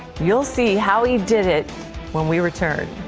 you'll see how he did it when we return.